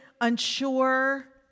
unsure